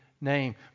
name